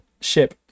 ship